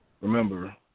Remember